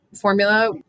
formula